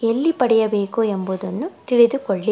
ಎಲ್ಲಿ ಪಡೆಯಬೇಕು ಎಂಬುದನ್ನು ತಿಳಿದುಕೊಳ್ಳಿ